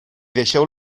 deixeu